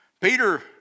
Peter